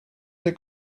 they